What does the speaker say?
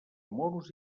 moros